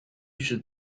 should